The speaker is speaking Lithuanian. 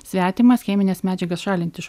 svetimas chemines medžiagas šalint iš